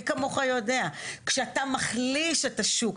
מי כמוך יודע שכשאתה מחליש את השוק,